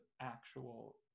actual